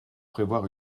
prévoir